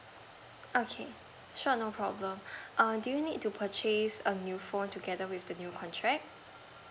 okay sure no problem err do you need to purchase a new phone together with the new contract